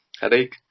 headache